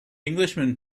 englishman